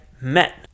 met